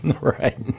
Right